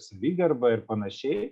savigarba ir panašiai